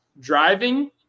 driving –